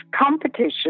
competition